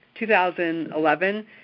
2011